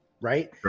right